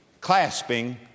clasping